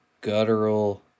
guttural